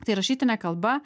tai rašytinė kalba